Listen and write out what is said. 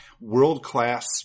world-class